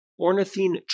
Ornithine